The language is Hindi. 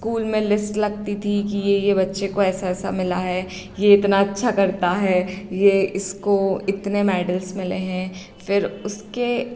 ईस्कूल में लिस्ट लगती थी कि यह यह बच्चे को ऐसा ऐसा मिला है यह इतना अच्छा करता है यह इसको इतनी मेडल्स मिले हैं फ़िर उसके